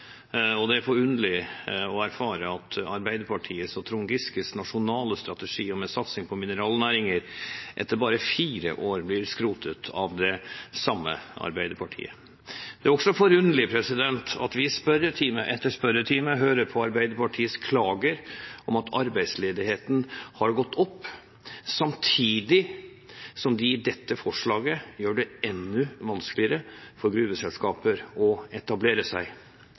sider. Det er forunderlig å erfare at Arbeiderpartiets og Trond Giskes nasjonale strategi om en satsing på mineralnæringer etter bare fire år blir skrotet av det samme Arbeiderpartiet. Det er også forunderlig at vi i spørretime etter spørretime hører på Arbeiderpartiets klager om at arbeidsledigheten har gått opp, samtidig som de i dette forslaget gjør det enda vanskeligere for gruveselskaper å etablere seg